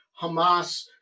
Hamas